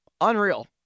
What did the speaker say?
Unreal